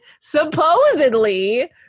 supposedly